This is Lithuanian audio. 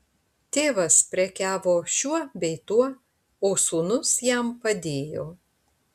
tėvas prekiavo šiuo bei tuo o sūnus jam padėjo